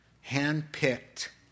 hand-picked